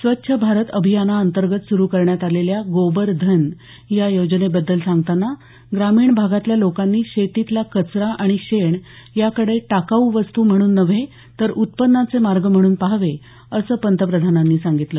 स्वच्छ भारत अभियानांतर्गत सुरू करण्यात आलेल्या गोबर धन या योजनेबद्दल सांगताना ग्रामीण भागातल्या लोकांनी शेतीतला कचरा आणि शेण याकडे टाकाऊ वस्तू म्हणून नव्हे तर उत्पन्नाचे मार्ग म्हणून पहावे असं पंतप्रधानांनी सांगितलं